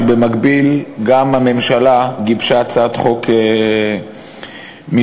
שבמקביל הממשלה גיבשה הצעת חוק משלה,